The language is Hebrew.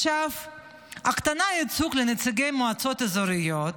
הקטנת ייצוג לנציגי מועצות אזוריות,